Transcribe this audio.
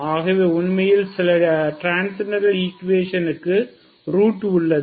ஆகவே உண்மையில் சில ட்ரான்சென்டென்டல் ஈக்குவேஷன் க்கு ரூட் உள்ளது